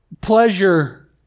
pleasure